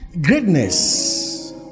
greatness